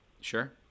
Sure